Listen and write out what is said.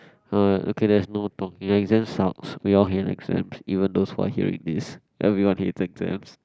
!huh! okay let's no talk the exam sucks we all hate exams you will knows why here is it everyone hate exams